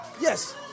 Yes